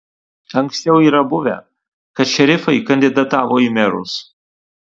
anksčiau yra buvę kad šerifai kandidatavo į merus